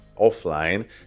offline